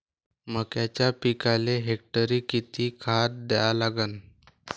मक्याच्या पिकाले हेक्टरी किती खात द्या लागन?